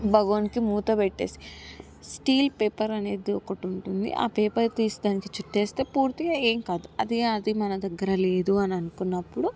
బగువన్కి మూత పెట్టేసి steel paper అనేది ఒకటుంటుంది ఆ పేపర్ తీసి దాన్ని చుట్టేస్తే పూర్తిగా ఏం కాదు అదే అది మన దగ్గర లేదు అనుకున్నప్పుడు